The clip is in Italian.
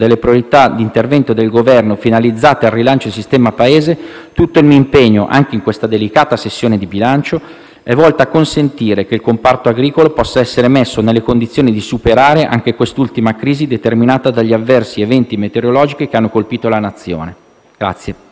tutto il mio impegno - anche in questa delicata sessione di bilancio - è volto a consentire che il comparto agricolo possa essere messo nelle condizioni di superare anche quest'ultima crisi determinata dagli avversi eventi meteorologici che hanno colpito la Nazione.